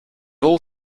all